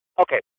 Okay